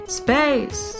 space